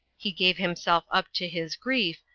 he gave himself up to his grief,